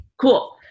cool